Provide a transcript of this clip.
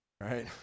Right